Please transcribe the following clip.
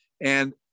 And-